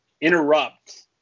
interrupt